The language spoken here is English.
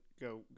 Go